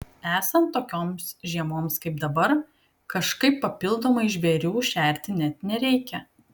esant tokioms žiemoms kaip dabar kažkaip papildomai žvėrių šerti net nereikia